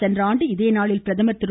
சென்ற ஆண்டு இதே நாளில் பிரதமா் திரு